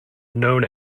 known